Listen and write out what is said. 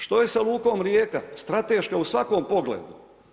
Što je sa lukom Rijeka, strateška u svakom pogledu?